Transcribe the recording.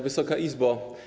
Wysoka Izbo!